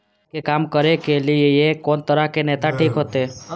समाज के काम करें के ली ये कोन तरह के नेता ठीक होते?